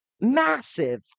massive